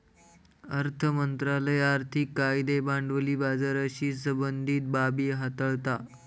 अर्थ मंत्रालय आर्थिक कायदे भांडवली बाजाराशी संबंधीत बाबी हाताळता